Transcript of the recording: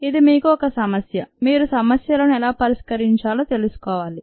ఇది మీకు ఒక సమస్య మీరు సమస్యలను ఎలా పరిష్కరించాలో తెలుసుకోవాలి